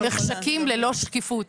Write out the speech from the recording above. במחשכים, ללא שקיפות.